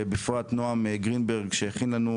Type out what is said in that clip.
בפרט לנועם גרינברג שהכין לנו